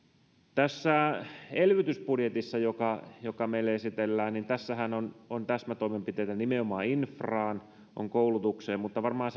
tässä elvytysbudjetissahan joka joka meille esitellään on on täsmätoimenpiteitä nimenomaan infraan on koulutukseen mutta varmaan